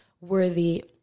worthy